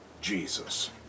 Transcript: Jesus